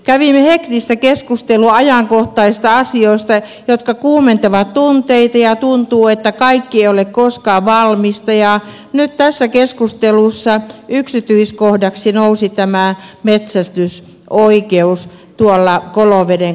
kävimme hektistä keskustelua ajankohtaisista asioista jotka kuumentavat tunteita ja tuntuu että kaikki ei ole koskaan valmista ja nyt tässä keskustelussa yksityiskohdaksi nousi metsästysoikeus koloveden kansallispuistoalueella